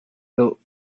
built